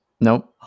Nope